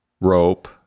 rope